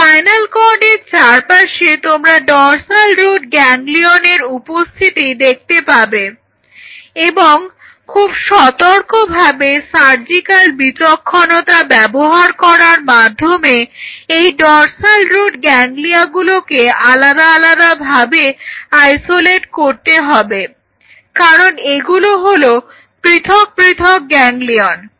spinal কর্ডের চারপাশে তোমরা ডর্সাল রুট গ্যাংগ্লিয়নের উপস্থিতি দেখতে পাবে এবং খুব সতর্কভাবে সার্জিক্যাল বিচক্ষণতা ব্যবহার করার মাধ্যমে এই ডর্সাল রুট গ্যাংলিয়াগুলোকে আলাদা আলাদাভাবে আইসোলেট করতে হবে কারণ এগুলো হলো পৃথক পৃথক গ্যাংলিয়ন